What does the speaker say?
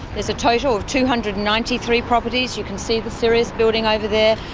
there's a total of two hundred and ninety three properties, you can see the sirius building over there,